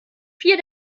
vier